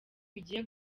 bigiye